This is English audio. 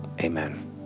Amen